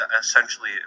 essentially